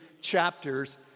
chapters